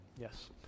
Yes